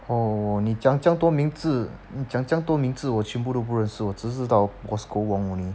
oh 你讲这样多名字你讲这样多名字我全部都不认识我只知道 bosco wong only